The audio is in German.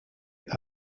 auch